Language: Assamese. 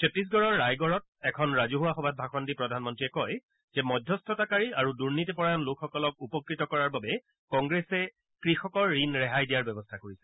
ছত্তিশগড়ৰ ৰায়গড়ত এখন ৰাজহুৱা সভাত ভাষণ দি প্ৰধানমন্ত্ৰীয়ে কয় যে মধ্যস্থতাকাৰী আৰু দুৰ্নীতিপৰায়ণ লোকসকলক উপকৃত কৰাৰ বাবে কংগ্ৰেছে কৃষকৰ ঋণ ৰেহাই দিয়াৰ ব্যৱস্থা কৰিছে